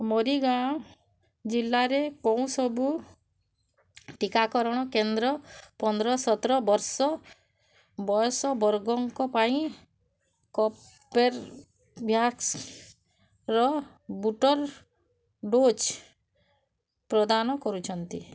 ମରିଗାଓଁ ଜିଲ୍ଲାରେ କେଉଁ ସବୁ ଟିକାକରଣ କେନ୍ଦ୍ର ପନ୍ଦର ସତର ବର୍ଷ ବୟସ ବର୍ଗଙ୍କ ପାଇଁ କପେରଭ୍ୟାକ୍ସର ବୁଷ୍ଟର ଡୋଜ୍ ପ୍ରଦାନ କରୁଛନ୍ତି